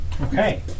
Okay